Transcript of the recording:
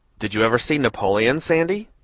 did you ever see napoleon, sandy?